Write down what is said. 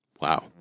Wow